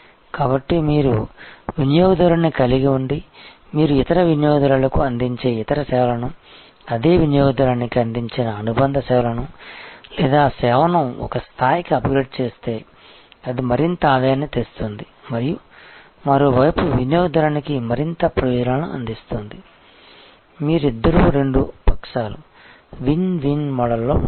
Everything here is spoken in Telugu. కాబట్టి మీరు వినియోగదారుడుని కలిగి ఉండి మీరు ఇతర వినియోగదారులకు అందించే ఇతర సేవలను అదే వినియోగదారునికి అందించిన అనుబంధ సేవలను లేదా ఆ సేవను ఒక స్థాయికి అప్గ్రేడ్ చేస్తే అది మరింత ఆదాయాన్ని తెస్తుంది మరియు మరోవైపు వినియోగదారునికు మరింత ప్రయోజనాలను అందిస్తుంది మీరు ఇద్దరూరెండు పక్షాలు విన్ విన్ మోడల్లో ఉంటాయి